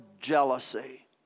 jealousy